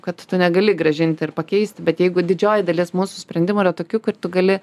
kad tu negali grąžinti ir pakeisti bet jeigu didžioji dalis mūsų sprendimų yra tokių kur tu gali